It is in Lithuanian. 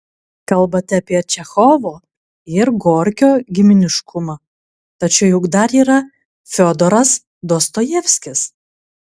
kalbate apie čechovo ir gorkio giminiškumą tačiau juk dar yra fiodoras dostojevskis